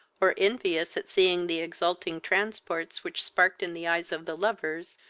or envious at seeing the exulting transports which sparkled in the eyes of the lovers,